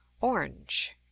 Orange